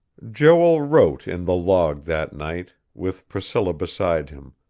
joel wrote in the log that night, with priscilla beside him,